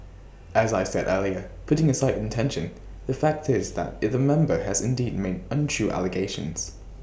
as I said earlier putting aside intention the fact is that IT the member has indeed made untrue allegations